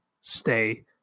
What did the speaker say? Stay